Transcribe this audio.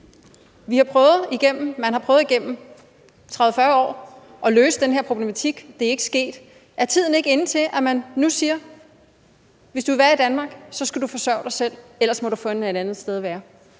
velfærdssamfund. Man har gennem 30-40 år prøvet at løse den her problematik, men det er ikke sket. Er tiden ikke inde til, at man nu siger: Hvis du vil være i Danmark, skal du forsørge dig selv – ellers må du finde et andet sted at være?